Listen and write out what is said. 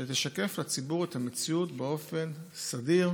שתוכל לשקף לציבור את המציאות באופן סדיר,